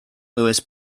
louis